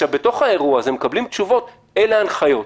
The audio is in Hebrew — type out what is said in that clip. בתוך האירוע הזה מקבלים תשובות: אלה ההנחיות.